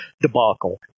debacle